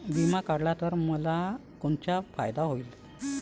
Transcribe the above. बिमा काढला त मले कोनचा फायदा होईन?